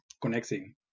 connecting